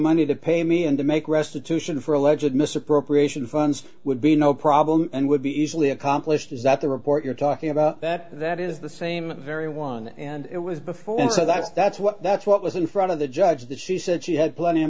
money to pay me and to make restitution for alleged misappropriation funds would be no problem and would be easily accomplished is that the report you're talking about that that is the same very one and it was before so that's that's what that's what was in front of the judge that she said she had plenty of